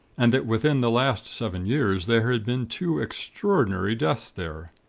and that within the last seven years there had been two extraordinary deaths there.